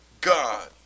God